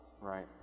Right